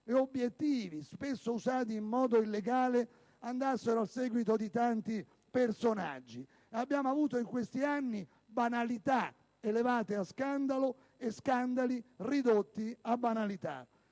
ed obiettivi, spesso usati in modo illegale, andassero a seguito di tanti personaggi. In questi anni abbiamo avuto banalità elevate a scandalo e scandali ridotti a banalità: